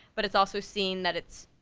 but it's also seeing that it's,